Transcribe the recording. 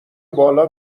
بالا